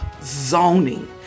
zoning